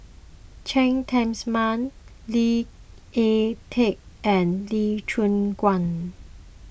Cheng Tsang Man Lee Ek Tieng and Lee Choon Guan